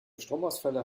stromausfälle